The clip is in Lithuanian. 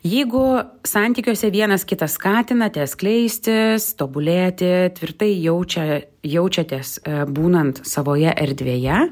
jeigu santykiuose vienas kitą skatinate skleistis tobulėti tvirtai jaučia jaučiatės būnant savoje erdvėje